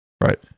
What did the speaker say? Right